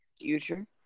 future